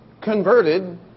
converted